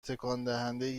تکاندهندهای